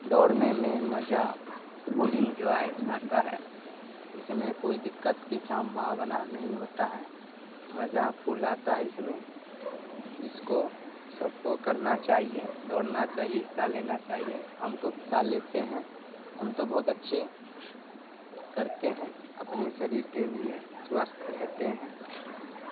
دوڑنے میں مزہ فل انجوائے آتا ہے اس میں کوئی دقت کی سمبھاونا نہیں ہوتا ہے مزہ فل آتا ہے اس میں اس کو سب کو کرنا چاہیے دوڑنا چاہیے حصہ لینا چاہیے ہم تو حصہ لیتے ہیں ہم تو بہت اچھے کرتے ہیں اپنے سریر کے لیے سوستھ رہتے ہیں